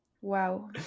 Wow